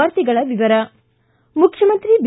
ವಾರ್ತೆಗಳ ವಿವರ ಮುಖ್ಯಮಂತ್ರಿ ಬಿ